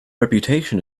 reputation